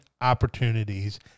opportunities